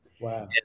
wow